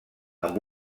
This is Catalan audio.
amb